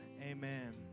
amen